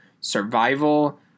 survival